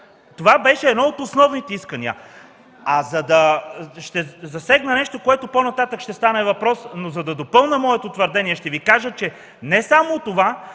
Това беше едно от основните искания. Ще засегна нещо, за което по-нататък ще стане въпрос, но за допълня моето твърдение, ще Ви кажа, че не само това,